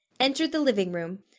entered the living room,